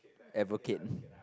advocate